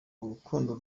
urukundo